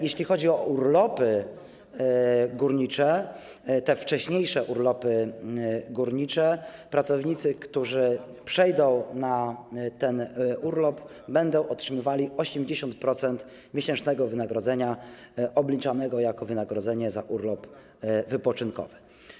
Jeśli chodzi o urlopy górnicze, te wcześniejsze urlopy górnicze, pracownicy, którzy przejdą na ten urlop, będą otrzymywali 80% miesięcznego wynagrodzenia obliczanego jak wynagrodzenie za urlop wypoczynkowy.